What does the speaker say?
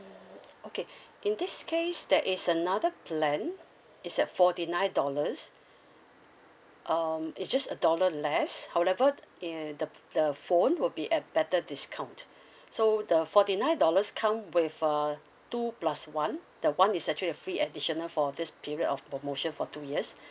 okay in this case there is another plan it's at forty nine dollars um it's just a dollar less however uh the the phone will be at better discount so the forty nine dollars come with uh two plus one the one is actually free additional for this period of promotion for two years